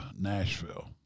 Nashville